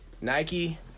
Nike